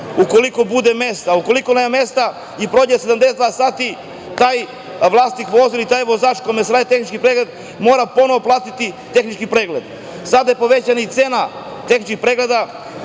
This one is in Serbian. ukoliko bude mesta. Ukoliko nema mesta i prođe 72 sata, taj vlasnik vozila i taj vozač kome se radi tehnički pregled mora ponovo platiti tehnički pregled. Sada je i povećana cena tehničkih pregleda,